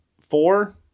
four